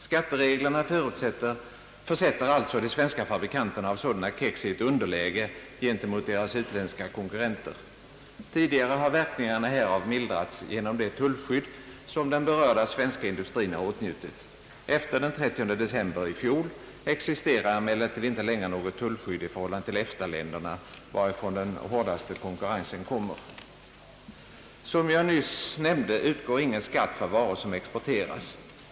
Skattereglerna försätter alltså de svenska fabrikanterna av sådana kex i ett underläge gentemot deras utländska konkurrenter. Tidigare har verkningarna härav mildrats genom det tullskydd som den be rörda svenska industrin har åtnjutit. Efter den 30 december i fjol existerar emellertid inte längre något tullskydd i förhållande till EFTA-länderna, varifrån den hårdaste konkurrensen kommer. Som jag nyss nämnde, utgår ingen skatt för varor som exporteras.